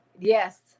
Yes